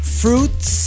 fruits